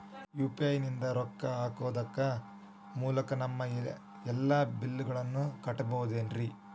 UPI ನಿಂದ ರೊಕ್ಕ ಹಾಕೋದರ ಮೂಲಕ ನಮ್ಮ ಎಲ್ಲ ಬಿಲ್ಲುಗಳನ್ನ ಕಟ್ಟಬಹುದೇನ್ರಿ?